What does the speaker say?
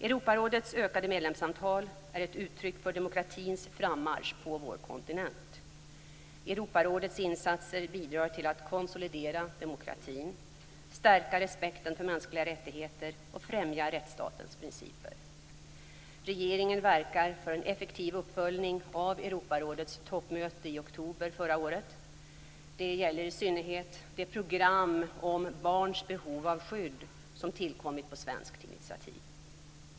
Europarådets ökade medlemsantal är ett uttryck för demokratins frammarsch på vår kontinent. Europarådets insatser bidrar till att konsolidera demokratin, stärka respekten för mänskliga rättigheter och främja rättsstatens principer. Regeringen verkar för en effektiv uppföljning av Europarådets toppmöte i oktober förra året. Det gäller i synnerhet det program om barns behov av skydd som tillkommit på svenskt initiativ.